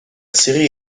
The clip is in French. série